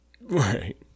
right